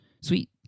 Sweet